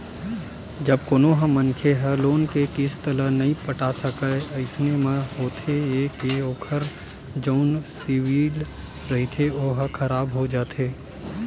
जब कोनो मनखे ह लोन के किस्ती ल नइ पटा सकय अइसन म होथे ये के ओखर जउन सिविल रिहिथे ओहा खराब हो जाथे